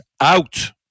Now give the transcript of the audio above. out